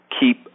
keep